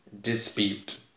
dispute